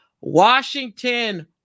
Washington